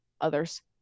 others